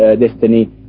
destiny